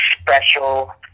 special